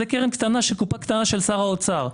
זאת קרן קטנה של קופה קטנה של שר האוצר.